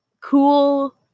cool